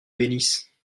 bénisse